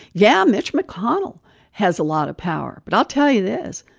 yeah, mitch mcconnell has a lot of power. but i'll tell you this.